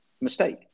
mistake